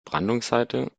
brandungsseite